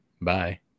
Bye